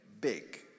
big